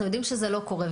אנחנו יודעים שזה לא קורה.